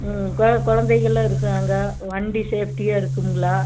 ம் கொழந்தைகள்லாம் இருக்காங்க வண்டி சேஃப்டியாக இருக்கும்ங்களா